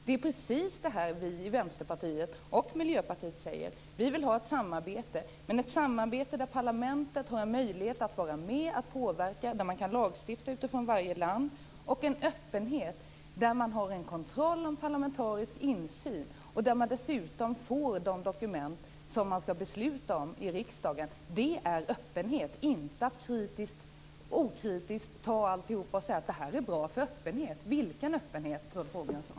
Det vi i Vänsterpartiet och Miljöpartiet säger är att vi vill ha ett samarbete men ett samarbete där parlamenten har möjlighet att vara med, påverka och lagstifta utifrån varje lands behov och en öppenhet där man har en kontroll och parlamentarisk insyn och dessutom får de dokument som man skall besluta om. Det är öppenhet, inte att okritiskt anta allt och säga att det är bra för öppenheten. Vilken öppenhet, Rolf Åbjörnsson?